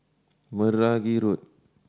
Meragi Road